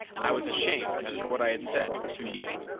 and i was ashamed, after what i had said, to yield.